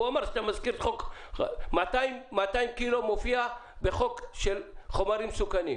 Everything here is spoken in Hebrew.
200 קילו בחוק מופיע בחוק חומרים מסוכנים,